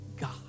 God